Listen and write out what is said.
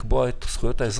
לקבוע את זכויות האזרח.